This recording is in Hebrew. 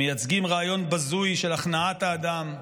המייצגים רעיון בזוי של הכנעת האדם,